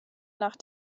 nach